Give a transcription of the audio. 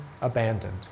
abandoned